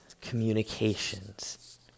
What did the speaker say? communications